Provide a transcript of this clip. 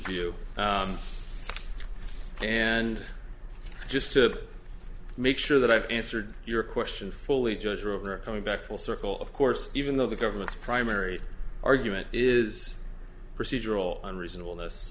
you and just to make sure that i've answered your question fully djoser over coming back full circle of course even though the government's primary argument is procedural and reasonable this